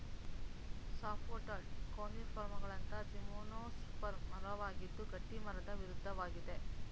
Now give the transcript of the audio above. softwood ಕೋನಿಫರ್ಗಳಂತಹ gymnosperm ಮರವಾಗಿದ್ದು ಗಟ್ಟಿಮರದ ವಿರುದ್ಧವಾಗಿದೆ